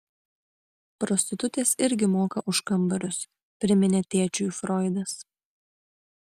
prostitutės irgi moka už kambarius priminė tėčiui froidas